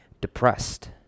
depressed